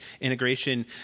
integration